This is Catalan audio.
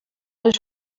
les